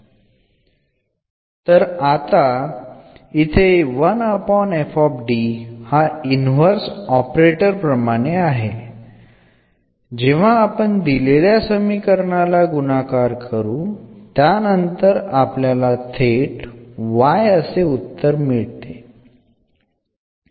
ഈ എന്നത് reverse operator പോലെയാണ് സമവാക്യത്തിലേക്ക് നമ്മൾ ഇതിനെ ഗുണിച്ചാൽ സൊല്യൂഷൻ ഇവിടെ നേരിട്ട് എന്നായി ലഭിക്കും